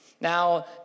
Now